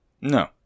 No